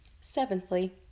Seventhly